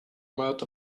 amount